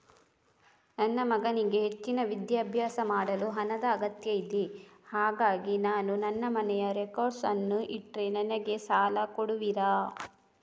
ನನ್ನ ಮಗನಿಗೆ ಹೆಚ್ಚಿನ ವಿದ್ಯಾಭ್ಯಾಸ ಮಾಡಲು ಹಣದ ಅಗತ್ಯ ಇದೆ ಹಾಗಾಗಿ ನಾನು ನನ್ನ ಮನೆಯ ರೆಕಾರ್ಡ್ಸ್ ಅನ್ನು ಇಟ್ರೆ ನನಗೆ ಸಾಲ ಕೊಡುವಿರಾ?